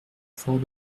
fort